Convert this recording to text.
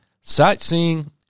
sightseeing